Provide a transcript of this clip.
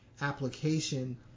application